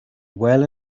well